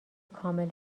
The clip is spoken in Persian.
کامل